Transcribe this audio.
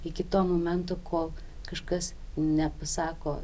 iki to momento kol kažkas nepasako